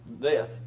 death